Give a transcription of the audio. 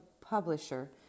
publisher